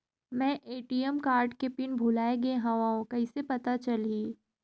मैं ATM card के PIN भुलाए गे हववं कइसे पता चलही?